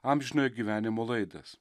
amžinojo gyvenimo laidas